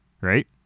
right